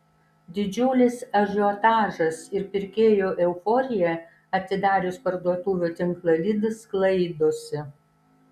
didžiulis ažiotažas ir pirkėjų euforija atidarius parduotuvių tinklą lidl sklaidosi